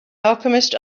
alchemist